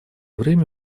время